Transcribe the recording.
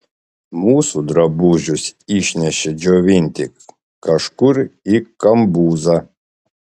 mūsų drabužius išnešė džiovinti kažkur į kambuzą